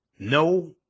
No